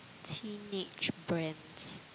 teenage brands